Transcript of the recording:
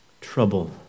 trouble